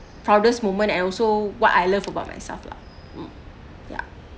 proudest moment and also what I love about myself lah um ya